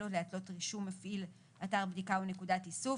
או להתלות רישום מפעיל אתר בדיקה או נקודת איסוף,